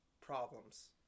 problems